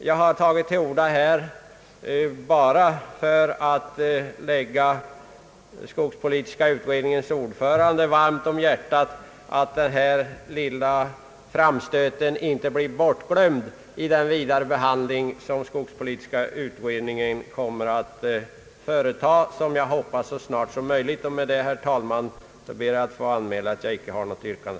Jag har tagit till orda här bara för att framhålla för skogspolitiska utredningens ordförande angelägenheten av att denna lilla framstöt inte blir bortglömd i den fortsatta behandling som skogspolitiska utredningen kommer att företa — som jag hoppas så snart som möjligt. Med detta, herr talman, ber jag att få anmäla att jag inte har något yrkande.